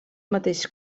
mateix